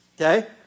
Okay